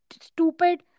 stupid